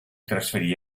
trasferì